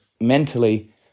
mentally